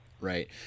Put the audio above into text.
Right